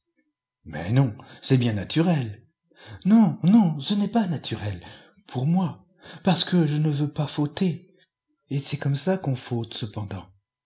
mais non c'est bien naturel non non ce n'est pas naturel pour moi parce que je ne veux pas fauter et c'est comme ça qu'on faute cependant